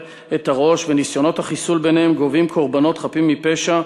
את הראש וניסיונות החיסול ביניהם גובים קורבנות חפים מפשע.